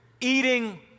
eating